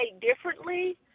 differently